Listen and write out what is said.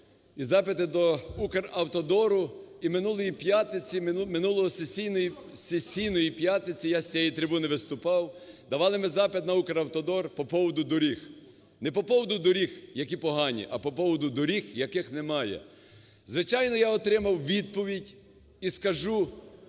і запити до "Укравтодору" і минулої п'ятниці, минулої сесійної п'ятниці я з цієї трибуни виступав, давали ми запит на "Укравтодор" по поводу доріг – не поводу доріг, які погані, а поводу доріг, яких немає. Звичайно, я отримав відповідь і скажу,